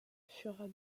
furent